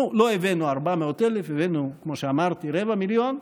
לא הבאנו 400,000, הבאנו, כמו שאמרתי, רבע מיליון,